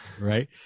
Right